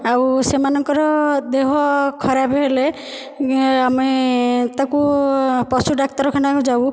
ଆଉ ସେମାନଙ୍କର ଦେହ ଖରାପ ହେଲେ ଆମେ ତାକୁ ପଶୁ ଡାକ୍ତରଖାନାକୁ ଯାଉ